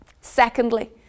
Secondly